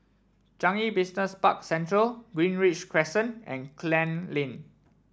Changi Business Park Central Greenridge Crescent and Klang Lane